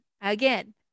again